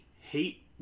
hate